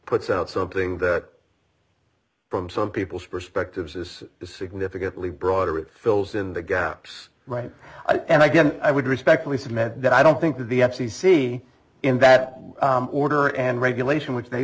puts out something that from some people's perspectives is significantly broader it fills in the gaps right i guess i would respectfully submit that i don't think that the f c c in that order and regulation which they